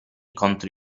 contro